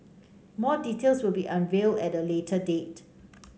more details will be unveiled at a later date